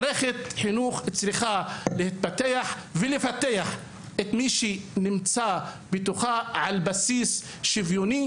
מערכת החינוך צריכה להתפתח ולפתח את מי שנמצא בתוכה על בסיס שוויוני.